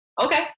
okay